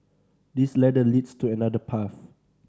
this ladder leads to another path